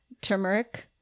turmeric